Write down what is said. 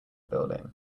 building